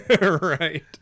right